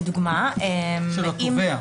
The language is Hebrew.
של התובע.